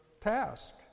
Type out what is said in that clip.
task